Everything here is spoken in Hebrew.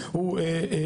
בסדר.